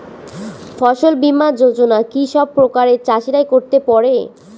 ফসল বীমা যোজনা কি সব প্রকারের চাষীরাই করতে পরে?